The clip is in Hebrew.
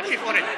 תקשיב פה רגע,